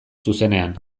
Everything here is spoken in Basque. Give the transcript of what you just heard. zuzenean